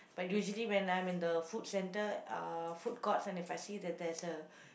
but usually when I'm in the food-centre uh food-courts and if I see that there's a